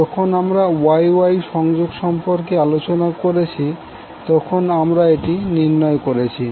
যখন আমরা Y Y সংযোগ সম্পর্কে আলোচনা করেছি তখন আমরা এটি নির্ণয় করেছি